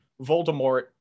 Voldemort